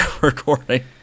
recording